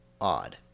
odd